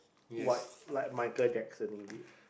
what like Michael-Jackson is it